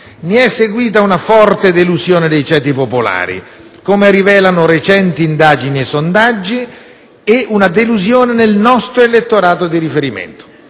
Ne è seguita una forte delusione nei ceti popolari, come rivelano recenti indagini e sondaggi, e una delusione nel nostro elettorato di riferimento.